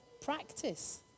practice